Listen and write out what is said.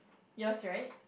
yours right